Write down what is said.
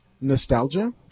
nostalgia